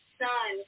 son